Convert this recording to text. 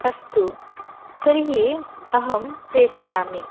अस्तु तर्हि अहं प्रेषयामि